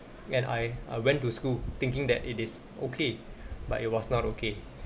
and I I went to school thinking that it is okay but it was not okay